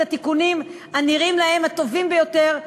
התיקונים הנראים להם הטובים ביותר לתושבים.